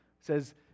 says